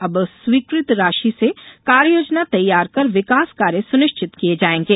अब स्वीकृत राशि र्से कार्ययोजना तैयार कर विकास कार्य सुनिश्चित किए जाएंगे